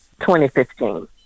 2015